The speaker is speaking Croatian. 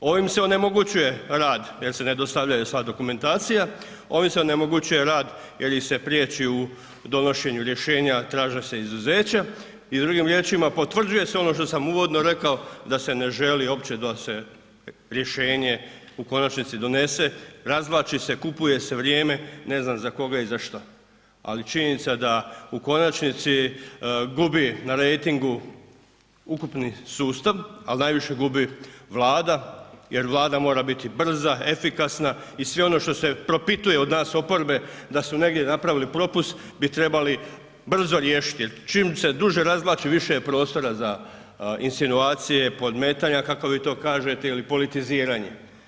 Ovim se onemogućuje rad jer se ne dostavljaju sva dokumentacija, ovim se onemogućuje rad jer ih se priječi u donošenju rješenja, traže se izuzeća i drugim riječima potvrđuje se ono što sam uvodno rekao da se ne želi uopće da se rješenje u konačnici donese, razvlači se, kupuje se vrijeme ne znam za koga i za šta, ali činjenica da u konačnici gubi na rejtingu ukupni sustav, a najviše gubi Vlada jer Vlada mora biti brza, efikasna i sve ono što se propituje od nas oporbe da su negdje napravili propust, bi trebali brzo riješit jer čim se duže razvlači više je prostora za insinuacije, podmetanja kako vi to kažete ili politiziranje.